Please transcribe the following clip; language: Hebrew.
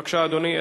בבקשה, אדוני.